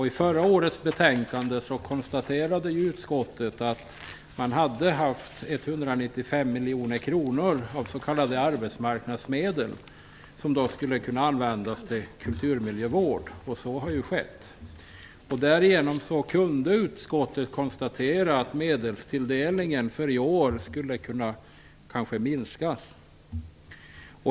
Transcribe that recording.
I förra årets betänkande konstaterade utskottet att 195 miljoner kronor av s.k. arbetsmarknadsmedel skulle kunna användas till kulturmiljövård. Så har skett. Därigenom kunde utskottet konstatera att medelstilldelningen för i år skulle kunna minskas.